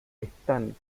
están